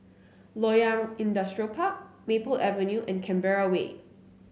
Loyang Industrial Park Maple Avenue and Canberra Way